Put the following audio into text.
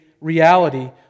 reality